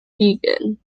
vegan